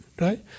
Right